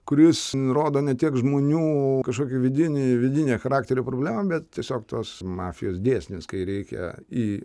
kuris nurodo ne tiek žmonių kažkokį vidinį vidinį charakterio problemą bet tiesiog tos mafijos dėsnis kai reikia į